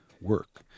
work